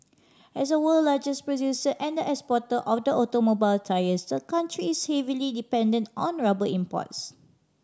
as the world largest producer and exporter of automobile tyres the country is heavily dependent on rubber imports